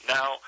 Now